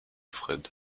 fred